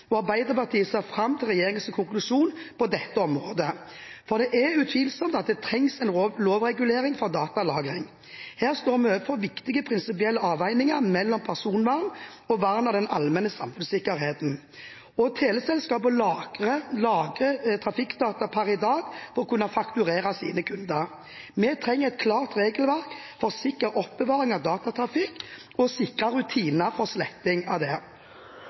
og Arbeiderpartiet ser fram til regjeringens konklusjoner på dette området. For det er utvilsomt at det trengs en lovregulering for datalagring. Her står vi overfor viktige prinsipielle avveininger mellom personvernhensyn og vernet av den allmenne samfunnssikkerheten. Teleselskapene lagrer trafikkdata i dag for å kunne fakturere sine kunder. Vi trenger et klart regelverk for sikker oppbevaring av datatrafikk og sikre rutiner for sletting av